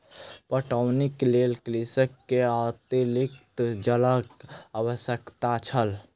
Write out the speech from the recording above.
पटौनीक लेल कृषक के अतरिक्त जलक आवश्यकता छल